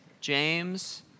James